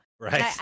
Right